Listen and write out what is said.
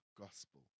gospel